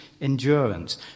endurance